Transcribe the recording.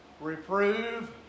Reprove